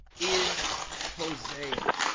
is hosea